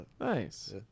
Nice